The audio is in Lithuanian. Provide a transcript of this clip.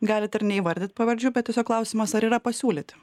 galit ir neįvardyt pavardžių bet tiesiog klausimas ar yra pasiūlyti